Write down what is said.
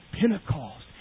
Pentecost